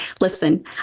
listen